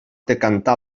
decantar